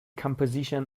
composition